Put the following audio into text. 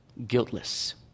Guiltless